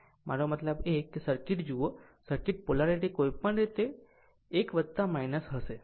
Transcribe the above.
મારો મતલબ કે જો સર્કિટ જુઓ જો સર્કિટ પોલેરિટી કોઈપણ રીતે આ 1 હશે